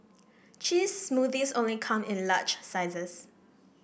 cheese smoothies only come in large sizes